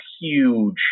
huge